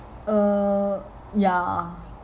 uh ya